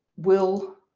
will